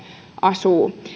asuu